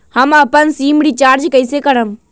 हम अपन SIM recharge कइसे करम?